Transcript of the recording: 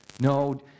No